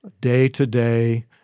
day-to-day